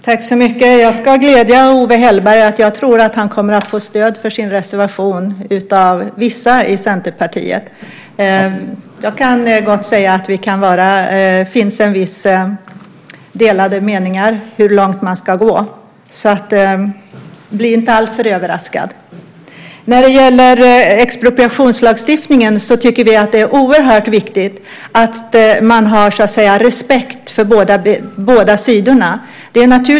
Herr talman! Jag ska glädja Owe Hellberg med att jag tror att han kommer att få stöd för sin reservation av vissa i Centerpartiet. Jag kan gott säga att det finns vissa delade meningar hur långt man ska gå. Bli inte alltför överraskad! När det gäller expropriationslagstiftningen tycker vi att det är oerhört viktigt att man har respekt för båda sidorna.